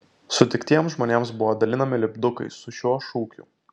sutiktiems žmonėms buvo dalinami lipdukai su šiuo šūkiu